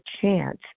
chance